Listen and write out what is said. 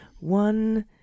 one